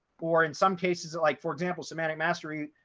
or in some cases, like, for example, semantic mastery.